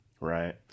Right